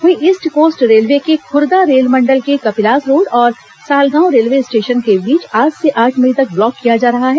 वहीं East Coast Railway के खुर्दा रेलमंडल के कपिलास रोड और सालगांव रेलवे स्टेशन के बीच आज से आठ मई तक ब्लॉक किया जा रहा है